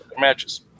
matches